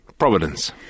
Providence